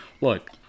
Look